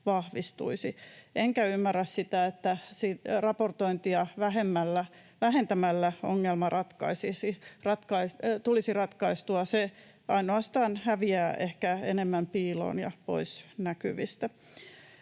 vahvistuisi, enkä ymmärrä sitä, että raportointia vähentämällä ongelma tulisi ratkaistua. Se ehkä ainoastaan häviää enemmän piiloon ja pois näkyvistä.